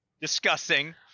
Disgusting